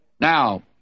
Now